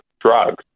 drugs